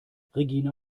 regina